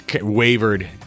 wavered